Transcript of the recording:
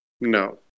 no